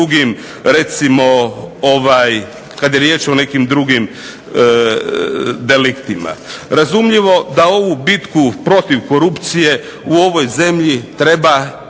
Razumljivo da ovu bitku protiv korupcije u ovoj zemlji treba i